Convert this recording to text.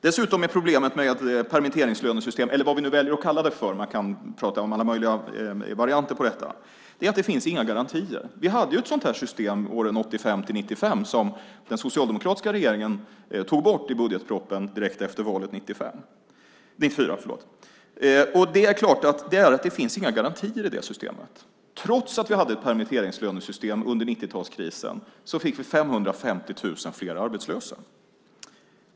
Dessutom är problemet med ett permitteringslönesystem eller vad vi nu väljer att kalla det för - man kan prata om alla möjliga varianter på detta - att det inte finns några garantier. Vi hade ett sådant system åren 1985-1994 som den socialdemokratiska regeringen tog bort i budgetpropositionen direkt efter valet 1994. Det finns inga garantier i det systemet. Trots att vi hade ett permitteringslönesystem under 90-talskrisen fick vi 550 000 fler arbetslösa.